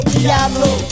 Diablo